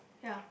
yeah